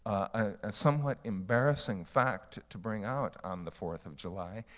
a somewhat embarrassing fact to bring out on the fourth of july,